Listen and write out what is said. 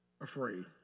afraid